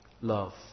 love